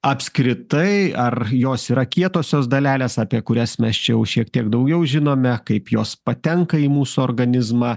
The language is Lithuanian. apskritai ar jos yra kietosios dalelės apie kurias mes čia jau šiek tiek daugiau žinome kaip jos patenka į mūsų organizmą